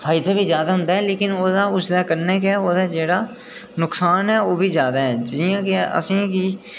फायदा गै जादा होंदा ऐ लेकिन ओह्दा उसदे कन्नै गै उसदा नुक्सान ऐ ओह्बी जादा ऐ जि'यां कि असेंगी